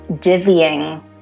dizzying